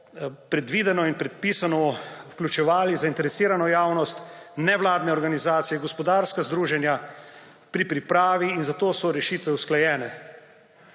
predvideno in predpisano, vključevali zainteresirano javnost, nevladne organizacije, gospodarska združenja. In zato so rešitve usklajene.